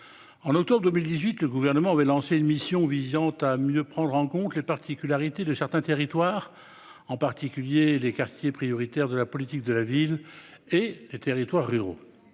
en octobre 2018, le gouvernement avait lancé une mission visant à mieux prendre en compte les particularités de certains territoires, en particulier les quartiers prioritaires de la politique de la ville et les territoires ruraux,